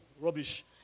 rubbish